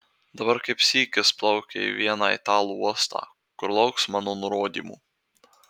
dabar kaip sykis plaukia į vieną italų uostą kur lauks mano nurodymų